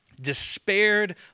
Despaired